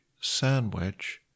sandwich